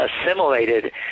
assimilated